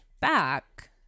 back